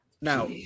now